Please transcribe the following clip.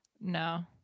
No